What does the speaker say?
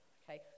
okay